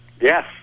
Yes